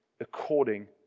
according